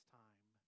time